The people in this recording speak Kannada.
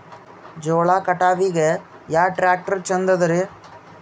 ಜೋಳ ಕಟಾವಿಗಿ ಯಾ ಟ್ಯ್ರಾಕ್ಟರ ಛಂದದರಿ?